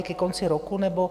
Ke konci roku nebo...?